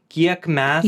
kiek mes